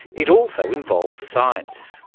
it also involves science.